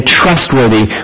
trustworthy